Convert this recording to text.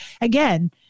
again